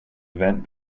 event